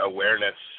Awareness